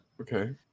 Okay